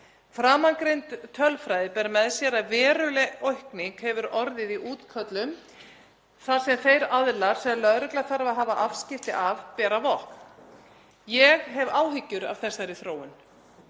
Framangreind tölfræði ber með sér að veruleg aukning hefur orðið í útköllum þar sem þeir aðilar sem lögreglan þarf að hafa afskipti af bera vopn. Ég hef áhyggjur af þessari þróun.